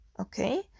Okay